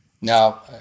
Now